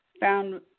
found